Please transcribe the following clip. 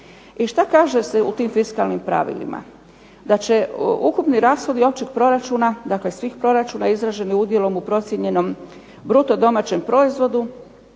I što se kaže u tim fiskalnim pravilima? Da će ukupni rashodi općeg proračuna, svih proračuna izraženi udjelom u procijenjenom u bruto domaćem proizvodu